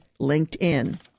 LinkedIn